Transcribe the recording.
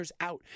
out